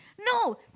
No